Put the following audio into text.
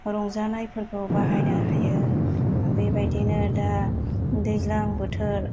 रंजानायफोरखौ बाहायनो हायो बेबायदिनो दा दैज्लां बोथोर